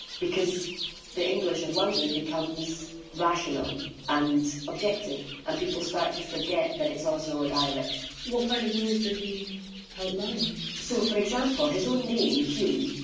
because the english of london becomes rational and objective and people start to forget that it's also a dialect what kind of rules did he outline? so for example, his name! hume!